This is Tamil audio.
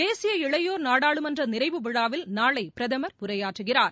தேசிய இளையோர் நாடாளுமன்ற நிறைவு விழா வில் நாளை பிரதமர் உரையாற்றுகிறார்